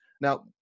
Now